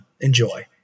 Enjoy